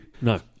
No